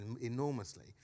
enormously